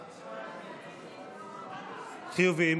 חיובי.